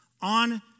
on